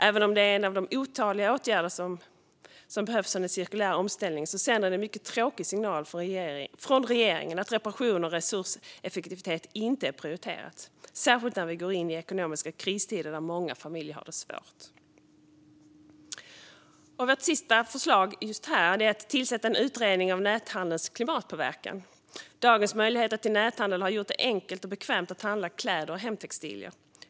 Även om det är en av de otaliga åtgärder som behövs för den cirkulära omställningen sänder det en mycket tråkig signal från regeringen att reparationer och resurseffektivitet inte är prioriterat. Det gäller särskilt när vi går in i ekonomiska kristider där många familjer har det svårt. Vårt sjätte och sista förslag är att tillsätta en utredning av näthandelns klimatpåverkan. Dagens möjligheter till näthandel har gjort det enkelt och bekvämt att handla kläder och hemtextilier.